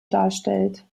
darstellt